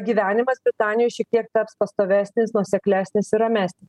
gyvenimas britanijoj šiek tiek taps pastovesnis nuoseklesnis ir ramesnis